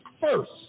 first